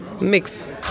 mix